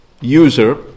user